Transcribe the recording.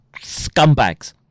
scumbags